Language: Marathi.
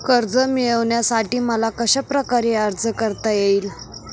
कर्ज मिळविण्यासाठी मला कशाप्रकारे अर्ज करता येईल?